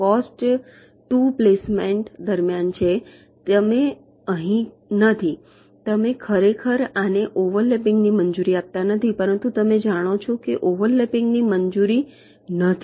cost 2 placement દરમિયાન છે તમે અહીં નથી તમે ખરેખર આને ઓવરલેપિંગ ની મંજૂરી આપતા નથી પરંતુ તમે જાણો છો કે ઓવરલેપિંગ ની મંજૂરી નથી